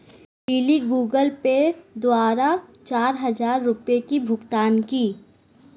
lily Google Pay द्वारा चार हजार रुपए की भुगतान की